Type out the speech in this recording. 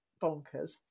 bonkers